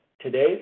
today